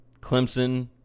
Clemson